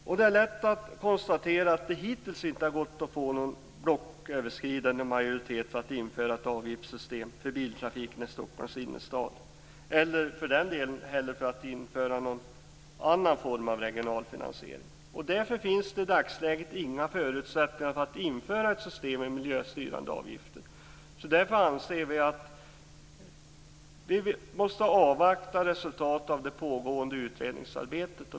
Det är åter lätt att konstatera att det inte hittills inte gått att få någon blocköverskridande majoritet för att införa ett avgiftssystem för biltrafik i Stockholms innerstad och för den delen inte heller någon annan form av regional finansiering. Därför finns det i dagsläget inga förutsättningar att införa ett system med miljöstyrande avgifter. Därför anser vi att vi måste avvakta resultatet av det pågående utredningsarbetet.